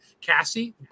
Cassie